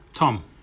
Tom